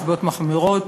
נסיבות מחמירות),